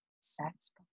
sex